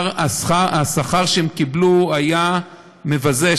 והשכר שהם קיבלו היה מבזה,